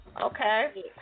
Okay